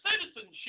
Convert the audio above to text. citizenship